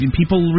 people